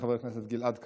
חבר הכנסת גלעד קריב,